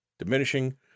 diminishing